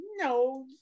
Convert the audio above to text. no